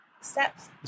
steps